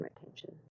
retention